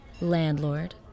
landlord